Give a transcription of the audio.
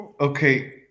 Okay